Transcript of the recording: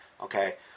okay